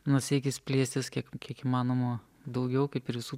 nu siekis plėstis kiek kiek įmanoma daugiau kaip ir visų